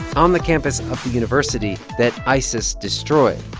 on the campus of the university that isis destroyed.